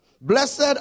Blessed